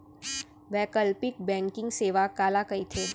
वैकल्पिक बैंकिंग सेवा काला कहिथे?